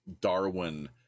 Darwin